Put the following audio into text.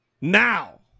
Now